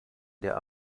der